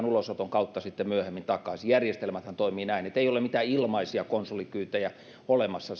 ulosoton kautta sitten myöhemmin takaisin järjestelmäthän toimivat näin ei ole mitään ilmaisia konsulikyytejä olemassa